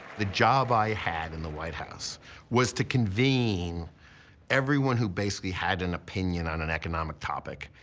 the job i had in the white house was to convene everyone who basically had an opinion on an economic topic,